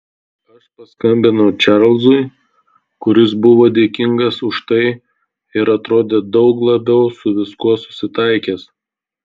aš paskambinau čarlzui kuris buvo dėkingas už tai ir atrodė daug labiau su viskuo susitaikęs